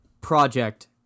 project